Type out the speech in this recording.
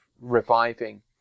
reviving